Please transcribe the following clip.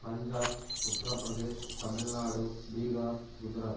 Punjab Uttar Pradesh Tamil Nadu Bihar Gujarat